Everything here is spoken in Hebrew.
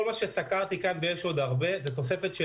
כל מה שסקרתי עכשיו, ויש עוד הרבה, זה תוספת של